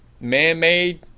man-made